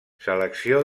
selecció